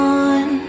on